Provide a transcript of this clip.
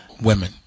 women